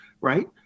right